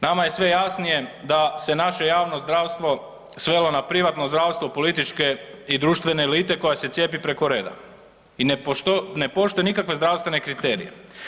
Nama je sve jasnije da se naše javno zdravstvo svelo na privatno zdravstvo političke i društvene elite koja se cijepi preko reda i ne poštuje nikakve zdravstvene kriterije.